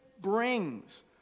brings